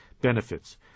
Benefits